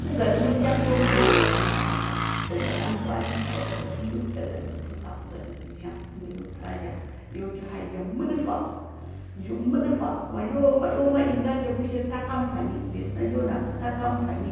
Ku gadəbul zhamg njo mɓəɓ uya ɗa sama ɗa kasa. Daga dankwali, dapa gaɗəmbul daga ləkutu aku ga ɗəmbul zhang əngo yo təra ja yo ki hamji ja məɗəfa nji mədəfa ma njo ma eo maingə ngani ja pəshir ta kampani vanyi səda njo na ta kampani,